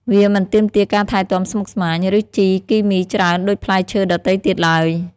វាមិនទាមទារការថែទាំស្មុគស្មាញ ឬជីគីមីច្រើនដូចផ្លែឈើដទៃទៀតឡើយ។